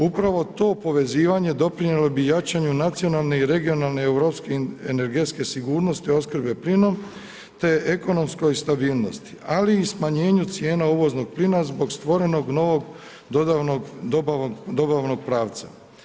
Upravo to povezivanje doprinijelo bi jačanju nacionalne i regionalne europske energetske sigurnosti opskrbe plinom te ekonomskoj stabilnosti ali i smanjenju cijena uvoznog plina zbog stvorenog novog dobavnog pravca.